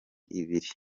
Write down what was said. ibiri